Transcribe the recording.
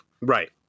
right